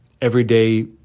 everyday